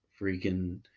freaking